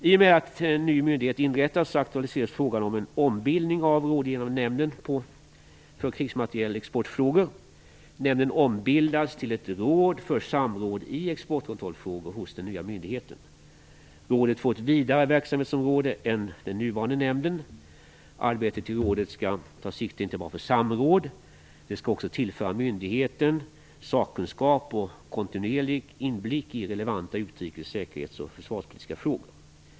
I och med att en ny myndighet inrättas aktualiseras frågan om en ombildning av den rådgivande nämnden för krigsmaterielexportfrågor. Nämnden ombildas till ett råd för samråd i exportkontrollfrågor hos den nya myndigheten. Rådet får ett vidare verksamhetsområde än den nuvarande nämnden. Arbetet i rådet skall ta sikte inte bara på samråd. Det skall också tillföra myndigheten sakkunskap och kontinuerlig inblick i relevanta utrikes-, säkerhets och försvarspolitiska frågor.